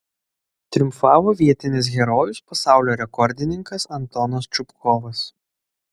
triumfavo vietinis herojus pasaulio rekordininkas antonas čupkovas